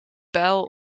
buil